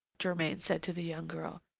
germain said to the young girl.